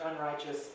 unrighteous